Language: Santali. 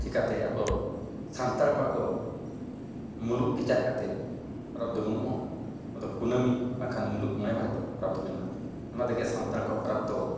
ᱪᱤᱠᱟᱹᱛᱮ ᱟᱵᱚ ᱥᱟᱱᱛᱟᱲ ᱠᱚᱣᱟᱜ ᱫᱚ ᱢᱩᱞᱩᱜ ᱠᱮᱪᱟᱜ ᱠᱟᱛᱮᱫ ᱯᱚᱨᱚᱵᱽ ᱫᱚᱵᱚᱱ ᱩᱢᱩᱜᱼᱟ ᱟᱫᱚ ᱠᱩᱱᱟᱹᱢᱤ ᱵᱟᱝᱠᱷᱟᱱ ᱢᱩᱞᱩᱜ ᱢᱚᱬᱮ ᱢᱟᱦᱟᱨᱮ ᱛᱟᱵᱚ ᱯᱚᱨᱚᱵᱽ ᱫᱚ ᱢᱮᱱᱟᱜᱼᱟ ᱚᱱᱟ ᱛᱮᱜᱮ ᱥᱟᱱᱛᱟᱲ ᱠᱚᱣᱟᱜ ᱯᱚᱨᱚᱵᱽ ᱫᱚ